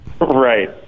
Right